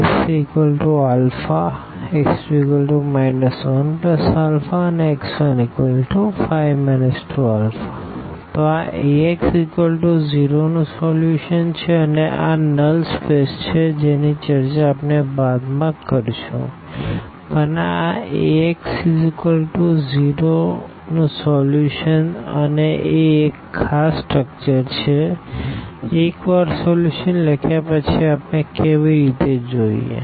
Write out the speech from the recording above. x1 x2 x3 5 1 0 α 2 1 1 x3α x2 1α x15 2α તો આ Ax0 નું સોલ્યુશન છે અને આ નલ સ્પેસ છે જેની ચર્ચા આપણે બાદ માં કરશું પણ આ Ax0 નું સોલ્યુશન અને એ એક ખાસ સ્ટરકચર છે એક વાર સોલ્યુશન લખ્યા પછી આપણે કેવી રીતે જોઈએ